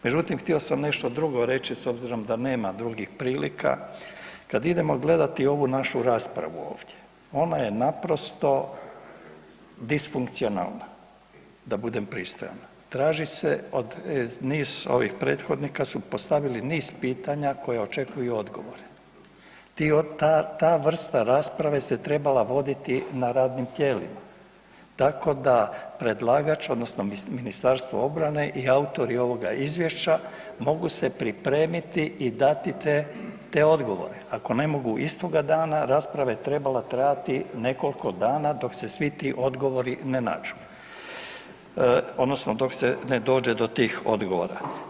Međutim htio sam nešto drugo reći s obzirom da nema drugih prilika, kad idemo gledati ovu našu raspravu ovdje, ona je naprosto disfunkcionalna, da budem pristojan, traži se od, niz ovih prethodnika su postavili niz pitanja koja očekuju odgovore, ti odgovori, ta vrsta rasprave se trebala voditi na radnim tijelima tako da predlagač odnosno Ministarstvo obrane i autori ovoga Izvješća mogu se pripremiti i dati te odgovore, ako ne mogu istoga dana, rasprava je trebala trajati nekoliko dana dok se svi ti odgovori ne nađu, odnosno dok se ne dođe do tih odgovora.